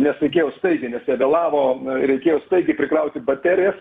nes reikėjo staigiai nes jie vėlavo reikėjo staigiai prikrauti baterijas